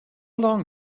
long